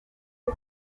ubu